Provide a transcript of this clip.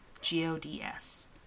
G-O-D-S